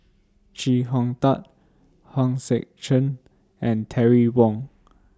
Chee Hong Tat Hong Sek Chern and Terry Wong